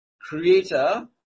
Creator